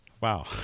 Wow